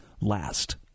last